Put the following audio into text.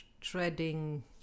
treading